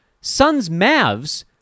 Suns-Mavs